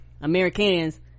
Americans